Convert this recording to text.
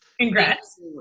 Congrats